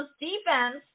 defense